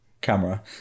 camera